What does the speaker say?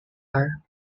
are